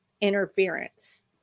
interference